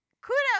kudos